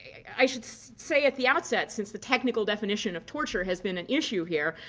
i should say at the outset, since the technical definition of torture has been an issue here,